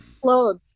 clothes